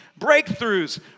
breakthroughs